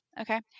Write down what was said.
okay